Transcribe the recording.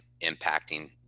impacting